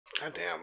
Goddamn